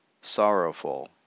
sorrowful